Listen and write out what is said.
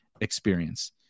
experience